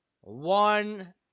one